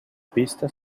pista